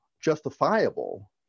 justifiable